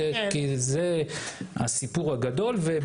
משרד הבריאות,